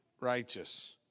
righteous